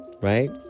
Right